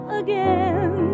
again